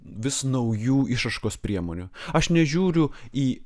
vis naujų išraiškos priemonių aš nežiūriu į